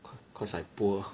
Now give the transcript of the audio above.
cause I poor